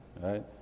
right